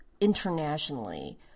internationally